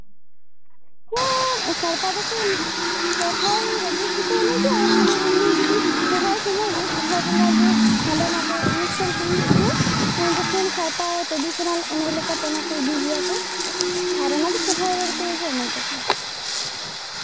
ᱦᱮᱸ ᱥᱟᱲᱯᱟ ᱫᱚᱠᱚ ᱥᱚᱦᱨᱟᱭ ᱨᱮᱜᱮ ᱠᱚ ᱮᱱᱮᱡᱟ ᱢᱟᱱᱮ ᱮᱢᱱᱤ ᱡᱚᱫᱤ ᱥᱚᱦᱨᱟᱭ ᱥᱚᱢᱚᱭᱜᱮ ᱥᱚᱦᱨᱟᱭ ᱵᱚᱸᱜᱟᱜᱮ ᱦᱟᱱᱰᱮ ᱱᱷᱟᱰᱮ ᱚᱱᱩᱥᱴᱷᱟᱱ ᱠᱚ ᱦᱩᱭᱩᱜ ᱜᱮᱭᱟ ᱩᱱ ᱥᱚᱢᱚᱭ ᱥᱟᱲᱯᱟ ᱴᱨᱟᱰᱤᱥᱳᱱᱟᱞ ᱮᱱᱮᱡ ᱞᱮᱠᱟᱛᱮ ᱤᱫᱤ ᱜᱮᱭᱟ ᱠᱚ ᱟᱨ ᱚᱱᱟ ᱫᱚ ᱥᱚᱨᱦᱟᱭ ᱨᱮᱜᱮ ᱠᱚ ᱮᱱᱮᱡ ᱟᱠᱚ